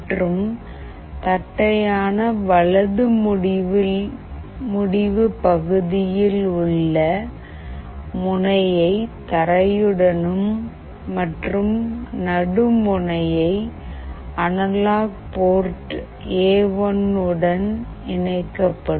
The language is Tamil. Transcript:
மற்றும் தட்டையான வலது முடிவு பகுதியில் உள்ள முனையை தரையுடனும் மற்றும் நடு முனையை அனலாக் போர்ட் எ1 உடன் இணைக்கப்படும்